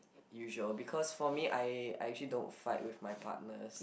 usual because for me I I actually don't fight with my partners